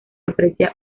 aprecia